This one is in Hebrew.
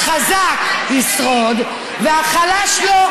החזק ישרוד והחלש לא.